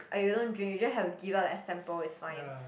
ah you don't drink you just have to give out that sample it's fine